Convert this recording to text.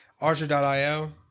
Archer.io